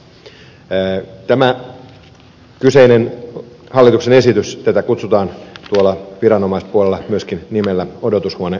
tätä kyseistä hallituksen esitystä kutsutaan tuolla viranomaispuolella myöskin nimellä odotushuonelaki